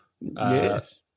Yes